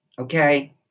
Okay